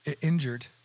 injured